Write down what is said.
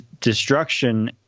destruction